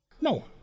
No